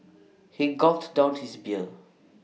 he gulped down his beer